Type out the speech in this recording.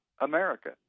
America